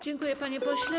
Dziękuję, panie pośle.